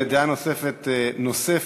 דעה אחרת נוספת